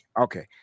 Okay